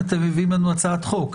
אתם מביאים לנו הצעת חוק,